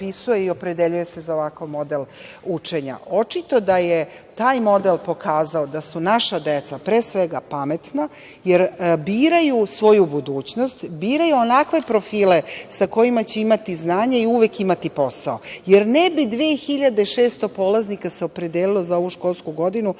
se opredeljuju za ovakav model učenja. Očito da je taj model pokazao da su naša deca pametna, jer biraju svoju budućnost, biraju onakve profile sa kojima će imati znanje i uvek imati posao, jer ne bi se 2.600 polaznika opredelilo u ovoj školskoj godini